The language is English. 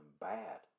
bad